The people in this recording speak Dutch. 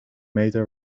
meter